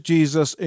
Jesus